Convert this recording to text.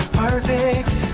perfect